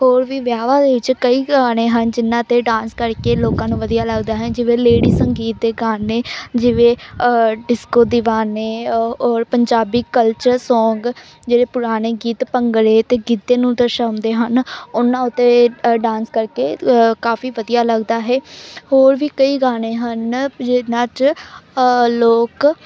ਹੋਰ ਵੀ ਵਿਆਹਾਂ ਦੇ ਵਿੱਚ ਕਈ ਗਾਣੇ ਹਨ ਜਿਨ੍ਹਾਂ 'ਤੇ ਡਾਂਸ ਕਰਕੇ ਲੋਕਾਂ ਨੂੰ ਵਧੀਆ ਲੱਗਦਾ ਹੈ ਜਿਵੇਂ ਲੇਡੀ ਸੰਗੀਤ ਦੇ ਗਾਣੇ ਜਿਵੇਂ ਡਿਸਕੋ ਦੀਵਾਨੇ ਔ ਔਰ ਪੰਜਾਬੀ ਕਲਚਰ ਸੌਂਗ ਜਿਹੜੇ ਪੁਰਾਣੇ ਗੀਤ ਭੰਗੜੇ ਅਤੇ ਗਿੱਧੇ ਨੂੰ ਦਰਸਾਉਂਦੇ ਹਨ ਉਹਨਾਂ ਉੱਤੇ ਡਾਂਸ ਕਰਕੇ ਕਾਫੀ ਵਧੀਆ ਲੱਗਦਾ ਹੈ ਹੋਰ ਵੀ ਕਈ ਗਾਣੇ ਹਨ ਜਿਨ੍ਹਾਂ 'ਚ ਲੋਕ